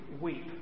weep